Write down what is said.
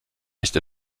nicht